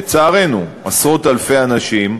לצערנו, עשרות-אלפי אנשים,